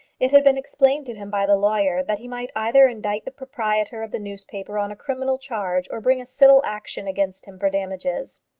it had been explained to him by the lawyer, that he might either indict the proprietor of the newspaper on a criminal charge or bring a civil action against him for damages.